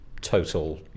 total